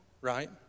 right